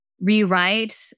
rewrite